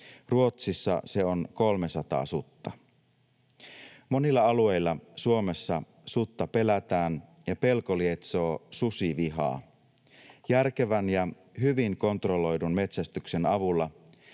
Ruotsissa se on 300 sutta. Monilla alueilla Suomessa sutta pelätään, ja pelko lietsoo susivihaa. Järkevän ja hyvin kontrolloidun metsästyksen avulla